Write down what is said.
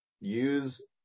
use